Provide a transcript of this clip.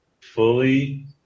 fully